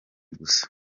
gusa